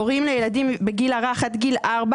הורים לילדים בגיל הרך עד גיל ארבע